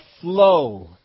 flow